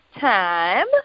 time